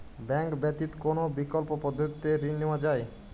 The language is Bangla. ব্যাঙ্ক ব্যতিত কোন বিকল্প পদ্ধতিতে ঋণ নেওয়া যায়?